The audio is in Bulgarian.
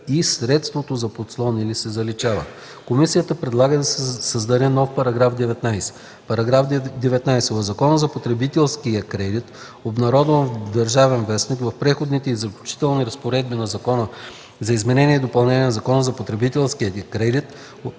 и „средството за подслон или” се заличават.” Комисията предлага да се създаде нов § 19: „§ 19. В Закона за потребителския кредит (обн., ДВ., бр…) в Преходните и заключителните разпоредби на Закона за изменение и допълнение на Закона за потребителския кредит